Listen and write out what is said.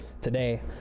today